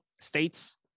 states